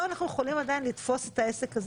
פה אנחנו יכולים עדין לתפוס את העסק הזה